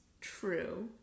true